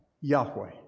Yahweh